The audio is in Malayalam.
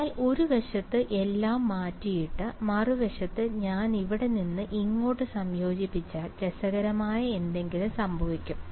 എന്നാൽ ഒരുവശത്ത് എല്ലാം മാറ്റിയിട്ട് മറുവശത്ത് ഞാൻ ഇവിടെ നിന്ന് ഇങ്ങോട്ട് സംയോജിപ്പിച്ചാൽ രസകരമായ എന്തെങ്കിലും സംഭവിക്കും